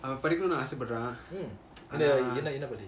படிக்கணும்னு ஆச போடுறான்:padikanumnu aasa paduran